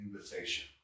invitation